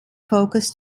focus